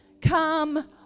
come